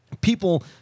people